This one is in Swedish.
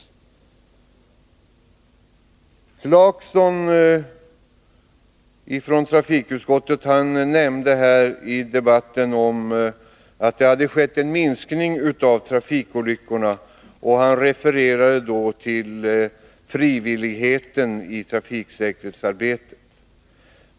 Herr Clarkson, som är ledamot av trafikutskottet, nämnde i debatten att det har skett en minskning av trafikolyckorna, och han refererade då till det frivilliga trafiksäkerhetsarbetet.